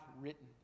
written